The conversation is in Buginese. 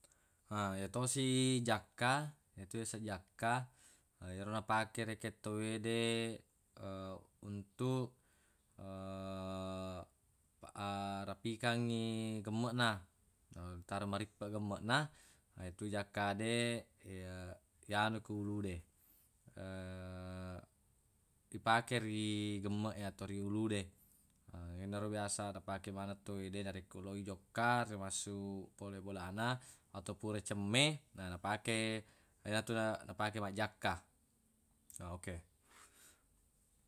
Ha yatosi jakka yetu yaseng jakka ero napake rekeng tawwede untuq rapikangngi gemmeqna taro maripoeq gemmeqna yetu jakka de ya- yanu ku ulude ipake ri gemmeq e atau ru ulude yenaro biasa napake maneng tawwede narekko lo i jokka remassu pole bolana atau purai cemme na napakei atau na- napake majjakka oke.